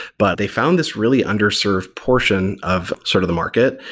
but they found this really underserved portion of sort of the market.